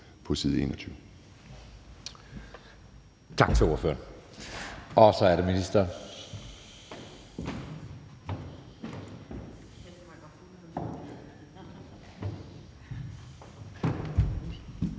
på side 21.